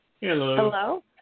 Hello